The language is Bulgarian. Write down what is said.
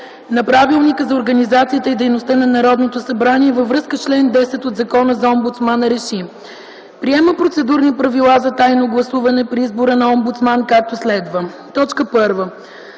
на Правилника за организацията и дейността на Народното събрание, във връзка с чл. 10 от Закона за омбудсмана РЕШИ: Приема Процедурни правила за тайно гласуване при избора на омбудсман, както следва: 1. За